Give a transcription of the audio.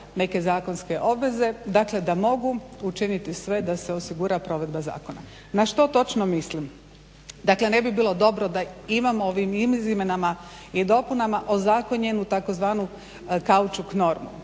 neke zakonske obveze, dakle da mogu učiniti sve da se osigura provedba zakona. Na što točno mislim? Dakle, ne bi bilo dobro da imamo u ovim izmjenama i dopunama ozakonjenu tzv. kaučuk normu,